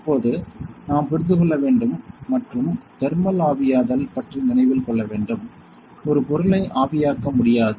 இப்போது நாம் புரிந்து கொள்ள வேண்டும் மற்றும் தெர்மல் ஆவியாதல் பற்றி நினைவில் கொள்ள வேண்டும் ஒரு பொருளை ஆவியாக்க முடியாது